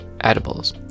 edibles